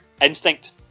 instinct